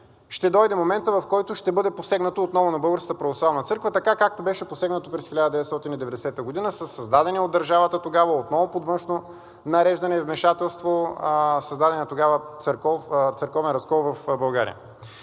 ще дойде моментът, в който ще бъде посегнато отново на Българската православна църква така, както беше посегнато през 1990 г. със създаден от държавата тогава, отново под външно нареждане и вмешателство, църковен разкол в България.